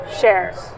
shares